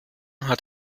hat